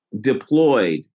deployed